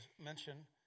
mention